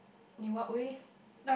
you are away